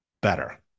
better